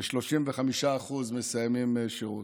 ו-35% מסיימים שירות.